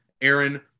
Aaron